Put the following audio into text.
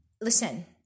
Listen